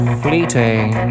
fleeting